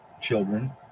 children